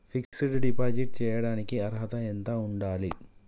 Fix డ్ deposit చేయటానికి అర్హత ఎంత ఉండాలి?